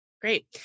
Great